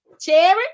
Cherry